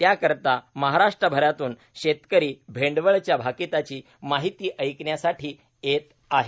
त्याकरिता महाराष्ट्रभरातून शेतकरी भेंडवळच्या भाकिताची माहिती ऐकण्यासाठी येत आहेत